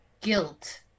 guilt